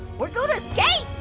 we're gonna escape,